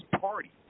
party